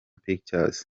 pictures